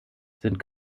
sind